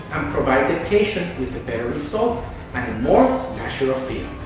provide the patient with a better result and a more natural feel.